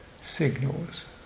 signals